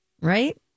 right